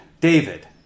David